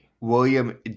William